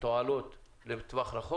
תועלות לטווח רחוק,